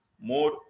more